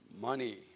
money